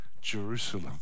Jerusalem